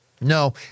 No